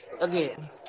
again